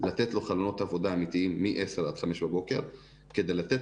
לתת לו חלונות עבודה אמיתיים מ-22:00-05:00 כדי לתת